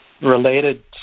related